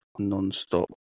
non-stop